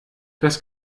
das